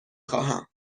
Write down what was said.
خواهم